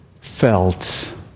felt